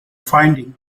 finding